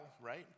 right